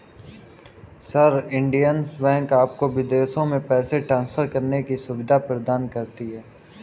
sir, Indian banks आपको विदेशों में पैसे ट्रान्सफर करने की सुविधा प्रदान करते हैं